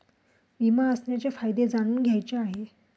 विमा असण्याचे फायदे जाणून घ्यायचे आहे